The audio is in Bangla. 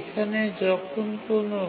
এখানে যখন কোনও